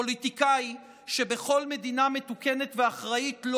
פוליטיקאי שבכל מדינה מתוקנת ואחראית לא